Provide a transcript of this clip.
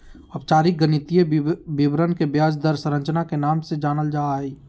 औपचारिक गणितीय विवरण के ब्याज दर संरचना के नाम से जानल जा हय